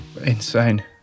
Insane